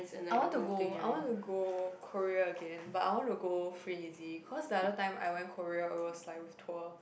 I want to go I want to go Korea again but I want to go free easy cause the other time I went Korea it was like it was tour